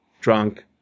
drunk